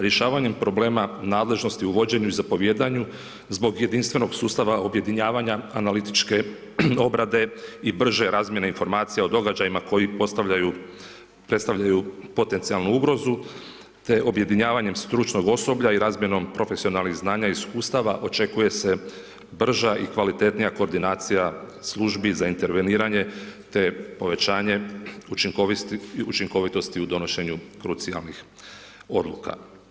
Rješavanjem problema nadležnosti u vođenju i zapovijedanju zbog jedinstvenog sustava objedinjavanja analitičke obrade i brže razmijene informacija o događajima koji postavljaju, predstavljaju potencijalnu ugrozu, te objedinjavanjem stručnog osoblja i razmjenom profesionalnih znanja i iskustava očekuje se brža i kvalitetnija koordinacija službi za interveniranje, te povećanje učinkovitosti u donošenju krucijalnih odluka.